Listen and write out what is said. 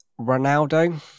Ronaldo